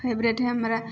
favourite हइ हमरा